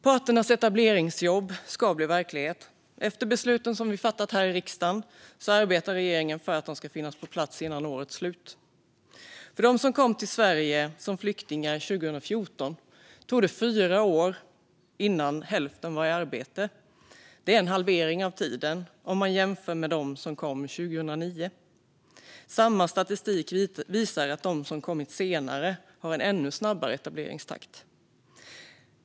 Parternas etableringsjobb ska bli verklighet. Efter besluten som vi fattat här i riksdagen arbetar regeringen för att de ska finnas på plats före årets slut. För dem som kom till Sverige som flyktingar 2014 tog det fyra år innan hälften var i arbete. Det är en halvering av tiden om man jämför med dem som kom 2009. Samma statistik visar att de som kommit senare har en ännu snabbare etableringstakt.